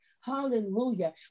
Hallelujah